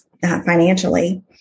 financially